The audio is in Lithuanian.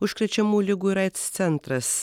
užkrečiamų ligų ir aids centras